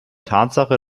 tatsache